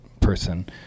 person